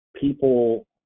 people